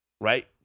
right